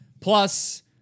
Plus